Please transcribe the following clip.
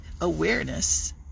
awareness